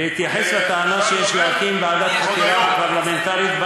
בהתייחס לטענה שיש להקים ועדת חקירה פרלמנטרית,